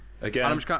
again